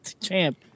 champ